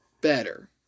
better